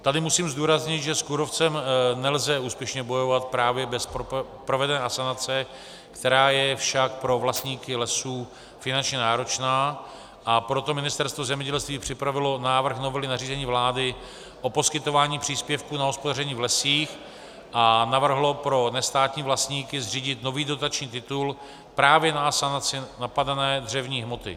Tady musím zdůraznit, že s kůrovcem nelze úspěšně bojovat právě bez provedené asanace, která je však pro vlastníky lesů finančně náročná, a proto Ministerstvo zemědělství připravilo návrh novely nařízení vlády o poskytování příspěvku na hospodaření v lesích a navrhlo pro nestátní vlastníky zřídit nový dotační titul právě na asanaci napadené dřevní hmoty.